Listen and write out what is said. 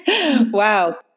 Wow